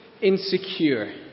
insecure